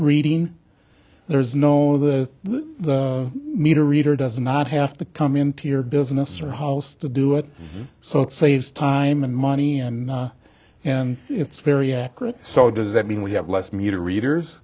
reading there is no the meter reader does not have to come into your business or house to do it so it saves time and money and and it's very accurate so does that mean we have less meter readers